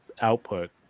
output